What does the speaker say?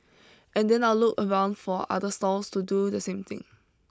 and then I'll look around for other stalls to do the same thing